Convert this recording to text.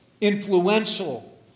influential